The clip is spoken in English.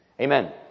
Amen